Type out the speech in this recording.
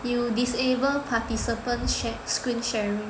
you disable participants shared screen sharing